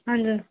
ਹਾਂਜੀ